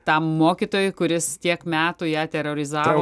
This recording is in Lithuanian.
tam mokytojui kuris tiek metų ją terorizavo